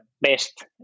best